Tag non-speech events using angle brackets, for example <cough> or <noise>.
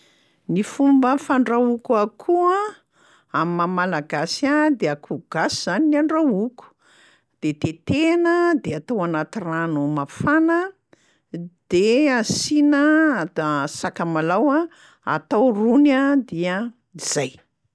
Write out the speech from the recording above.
Ny fomba fandrahoiko akoho a: am'maha-malagasy ahy a de akoho gasy zany ny andrahoiko, de tetehana de atao anaty rano mafana, de asiana <hesitation> sakamalaho a atao rony a, dia zay.